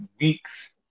weeks